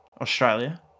Australia